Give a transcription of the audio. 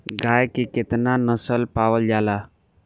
गाय के केतना नस्ल पावल जाला?